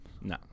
No